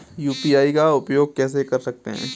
UPI का उपयोग कैसे कर सकते हैं?